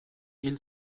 hil